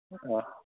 ꯑꯥ